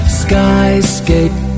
skyscape